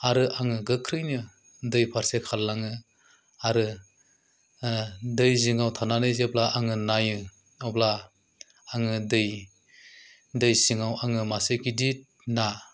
आरो आङो गोख्रैनो दै फारसे खारलाङो आरो दै जिङाव थानानै जेब्ला आङो नाइयो अब्ला आङो दै दै सिङाव आङो मासे गिदिर ना